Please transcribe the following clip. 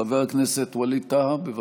חבר הכנסת ווליד טאהא, בבקשה.